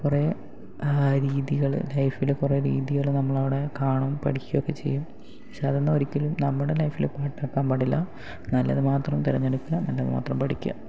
കുറേ രീതികൾ ലൈഫിൽ കുറേ രീതികൾ നമ്മളവടെ കാണും പഠിക്കുകയൊക്കെ ചെയ്യും പക്ഷെ അതൊന്നും ഒരിക്കലും നമ്മുടെ ലൈഫിൽ പാർട്ട് ആക്കാന് പാടില്ലാ നല്ലത് മാത്രം തെരഞ്ഞെടുക്കുക നല്ലത് മാത്രം പഠിക്കുക